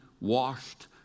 washed